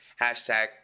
Hashtag